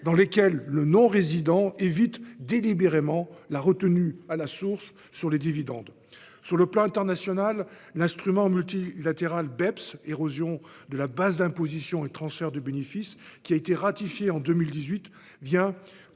dans lesquelles le non-résident évite délibérément la retenue à la source sur les dividendes. Sur le plan international, l'instrument multilatéral (Beps), ou érosion de la base d'imposition et transfert de bénéfices, qui a été ratifié en 2018, vient